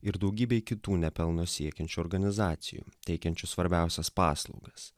ir daugybei kitų ne pelno siekiančių organizacijų teikiančių svarbiausias paslaugas